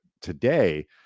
today